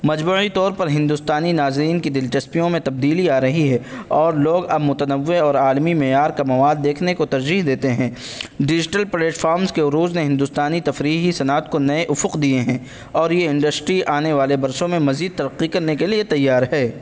مجموعی طور پر ہندوستانی ناظرین کی دلچسپیوں میں تبدیلی آ رہی ہے اور لوگ اب متنوع اور عالمی معیار کا مواد دیکھنے کو ترجیح دیتے ہیں ڈیجیٹل پلیٹفامس کے عروج نے ہندوستانی تفریحی صنعت کو نئے افق دیے ہیں اور یہ انڈسٹری آنے والے برسوں میں مزید ترقی کرنے کے لیے تیار ہے